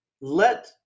let